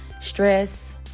stress